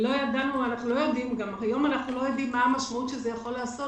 גם היום אנחנו לא יודעים מה המשמעות שזה יכול לעשות,